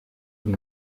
uri